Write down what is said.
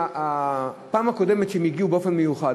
שמהפעם הקודמת שהם הגיעו במיוחד,